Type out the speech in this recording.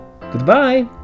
Goodbye